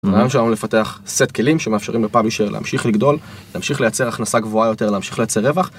הרעיון שלנו לפתח סט כלים שמאפשרים לפאבלישר להמשיך לגדול, להמשיך לייצר הכנסה גבוהה יותר, להמשיך לייצר רווח